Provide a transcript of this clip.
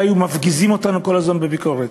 אלא היו מפגיזים אותנו כל הזמן בביקורת.